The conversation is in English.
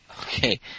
Okay